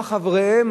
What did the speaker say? מה חבריהם,